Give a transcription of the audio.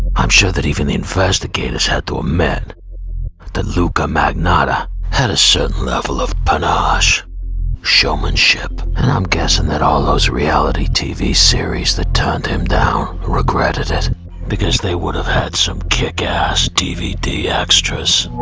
i'm sure that even investigators had to amend that luka magnotta had a certain level of panache showmanship and i'm guessing that all those reality tv series that turned him down regretted it because they would have had some kick-ass dvd extras.